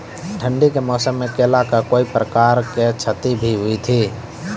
ठंडी के मौसम मे केला का कोई प्रकार के क्षति भी हुई थी?